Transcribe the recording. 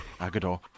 Agador